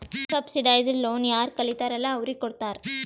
subsidised loan ಯಾರ್ ಕಲಿತಾರ್ ಅಲ್ಲಾ ಅವ್ರಿಗ ಕೊಡ್ತಾರ್